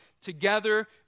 together